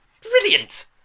brilliant